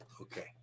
Okay